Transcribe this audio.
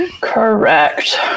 Correct